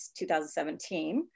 2017